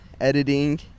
editing